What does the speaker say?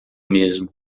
mesmo